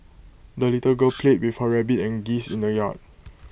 the little girl played with her rabbit and geese in the yard